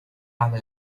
على